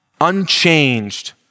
unchanged